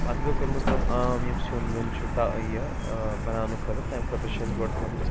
پَتہٕ گٔو کٔرمٕژ کٲم عام یِم سیٛن ویٛن چھُ تا یہِ ٲں بَناونہٕ خٲطرٕ تَمہِ خٲطرٕ چھِ اسہِ گۄڈٕ تھٔمٕژ